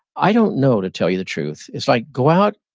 i don't know, to tell you the truth. it's like go out,